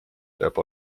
peab